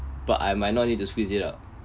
but I might not need to squeeze it out